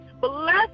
bless